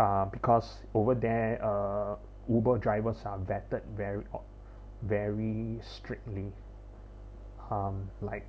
uh because over there uh uber drivers are vetted very or very strictly um like